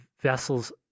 vessels